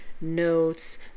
notes